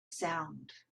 sound